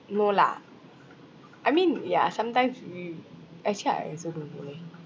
no lah I mean ya sometimes we actually I also don't know leh